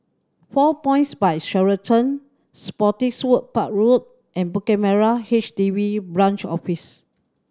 Four Points By Sheraton Spottiswoode Park Road and Bukit Merah H D B Branch Office